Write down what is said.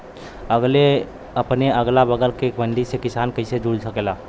अपने अगला बगल के मंडी से किसान कइसे जुड़ सकेला?